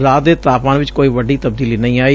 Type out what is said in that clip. ਰਾਤ ਦੇ ਤਾਪਮਾਨ ਚ ਕੋਈ ਵੱਡੀ ਤਬਦੀਲੀ ਨਹੀਂ ਆਈ